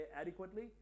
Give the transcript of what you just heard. adequately